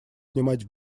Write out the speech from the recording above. снимать